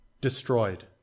destroyed